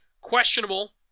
Questionable